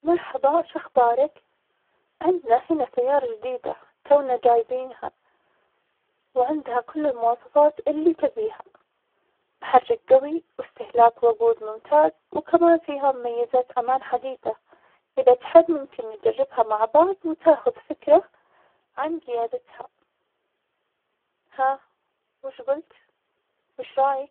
مرحبا, شخبارك؟ عندنا هنا سيارة جديدة, تونا جايبينها, وعندها كل المواصفات اللي تبيها, محرك قوي واستهلاك وقود ممتاز, وكمان فيها مميزات أمان حديثة, إذا تحب ممكن نجربها مع بعض وتاخد فكرة عن قيادتها, ها؟ وش قولت؟ وش رأيك